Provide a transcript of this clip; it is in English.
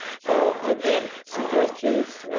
so i've had suggestions